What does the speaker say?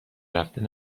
رفتن